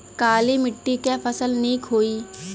काली मिट्टी क फसल नीक होई?